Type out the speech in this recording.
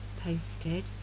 posted